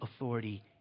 authority